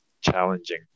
challenging